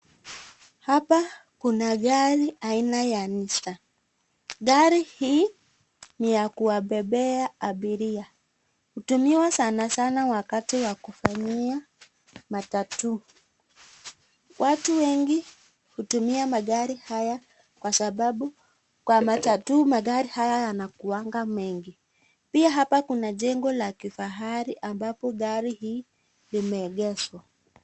Hapa kuna gari aina ya Nissan gari hii ni ya kubebea abiria hutumiwa sanasana wakati wa kufanyia matatu watu wengi hutumia magari haya kwa sababu kwa matatu magari haya yanakuwanga mengi pia hapa kuna jengo ya kifahari ambapo gari hii limeegeshwa.